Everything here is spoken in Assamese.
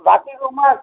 বাকী